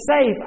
safe